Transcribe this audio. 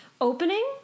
Opening